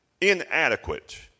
inadequate